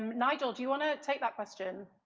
nigel, do you want to take that question?